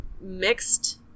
mixed